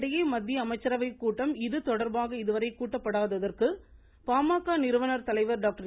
இதனிடையே மத்திய அமைச்சரவைக் கூட்டம் இதுதொடர்பாக இதுவரை கூட்டப்படாததற்கு பாமக நிறுவன் தலைவர் டாக்டர்